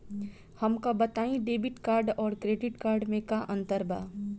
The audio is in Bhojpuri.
हमका बताई डेबिट कार्ड और क्रेडिट कार्ड में का अंतर बा?